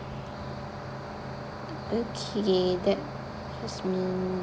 okay that jasmine